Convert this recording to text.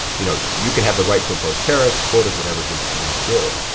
you know, you can have the right to impose tariffs, quotas, whatever it is that you want to do.